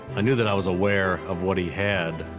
i knew that i was aware of what he had,